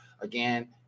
again